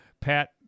Pat